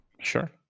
Sure